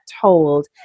told